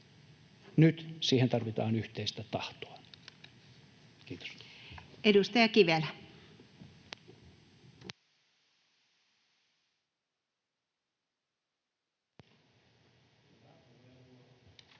Nyt siihen tarvitaan yhteistä tahtoa. — Kiitos. Edustaja Kivelä. Arvoisa